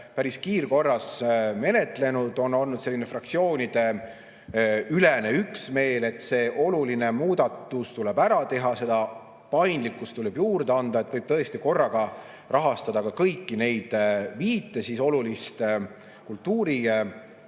päris kiirkorras menetlenud. On olnud fraktsioonideülene üksmeel, et see oluline muudatus tuleb ära teha, seda paindlikkust tuleb juurde anda ning võib tõesti korraga rahastada kõiki viite olulist